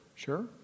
Sure